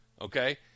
Okay